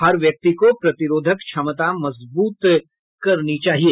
हर व्यक्ति को प्रतिरोधक क्षमता मजबूत करनी चाहिए